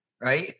right